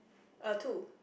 err two